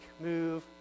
move